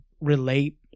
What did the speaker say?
relate